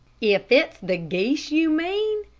if it's the geese you mean,